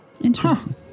Interesting